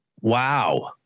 Wow